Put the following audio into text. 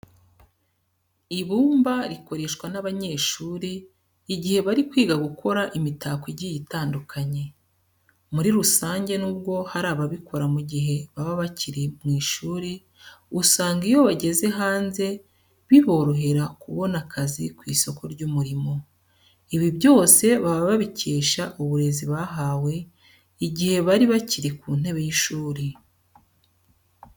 Ibumba rikoreshwa n'abanyeshuri igihe bari kwiga gukora imitako igiye itandukanye. Muri rusange nubwo hari ababikora mu gihe baba bakiri mu ishuri, usanga iyo bageze hanze biborohera kubona akazi ku isoko ry'umurimo. Ibi byose baba babikesha uburezi bahawe igihe bari bakiri ku ntebe y'ishuri.